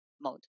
mode